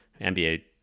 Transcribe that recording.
NBA